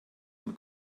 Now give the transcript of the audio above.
von